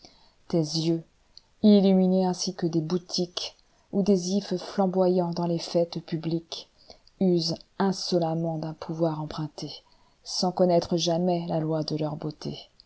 tes yeux illuminés ainsi que des boutiquesou des ifs flamboyant dans les fêtes publiques usent insolemment d'un pouvoir emprunté sans connaître jamais la loi de leur beauté